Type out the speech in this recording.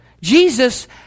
Jesus